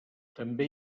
també